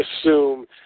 assume